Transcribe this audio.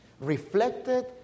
Reflected